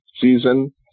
season